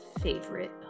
favorite